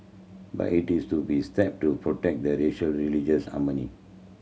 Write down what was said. but it is to be step to protect the racial religious harmony